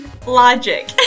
Logic